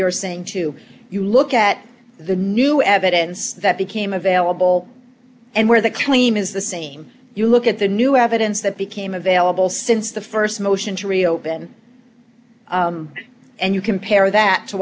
you're saying to you look at the new evidence that became available and where the claim is the same you look at the new evidence that became available since the st motion to reopen and you compare that to